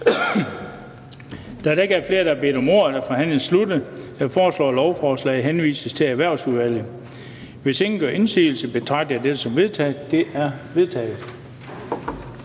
Da der ikke er flere, der har bedt om ordet, er forhandlingen sluttet. Jeg foreslår, at lovforslaget henvises til Erhvervsudvalget. Hvis ingen gør indsigelse, betragter jeg dette som vedtaget. Det er vedtaget.